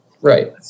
right